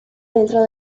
dentro